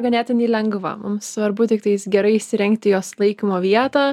ganėtinai lengva mum svarbu tiktais gerai įsirengti jos laikymo vietą